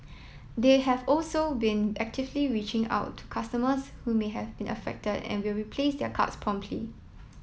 they have also been actively reaching out to customers who may have been affected and will replace their cards promptly